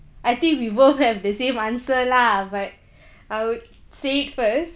I think we both have the same answer lah but I would say it first